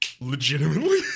legitimately